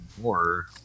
more